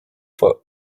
for